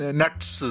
nuts